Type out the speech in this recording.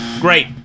Great